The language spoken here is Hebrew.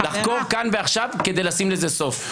לחקור כאן ועכשיו, כדי לשים לזה סוף.